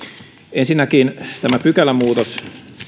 ensinnäkin tämä pykälämuutos